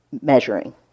measuring